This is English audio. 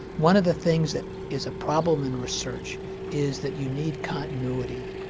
one of the things that is a problem in research is that you need continuity.